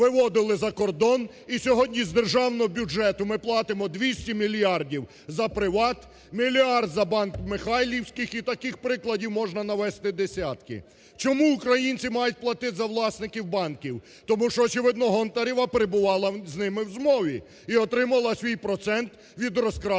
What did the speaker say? виводили за кордон, і сьогодні з державного бюджету ми платимо 200 мільярдів за "Приват", мільярд – за "Банк "Михайлівський", і таких прикладів можна навести десятки. Чому українці мають платити за власників банків? Тому що, очевидно, Гонтарева перебувала з ними в змові і отримала свій процент від розкрадених